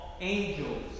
Angels